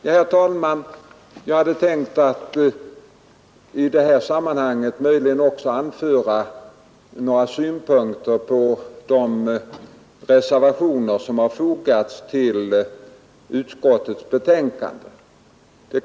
Herr talman! Jag hade tänkt att i detta sammanhang också anföra några synpunkter på de reservationer som fogats till utskottsbetänkandet.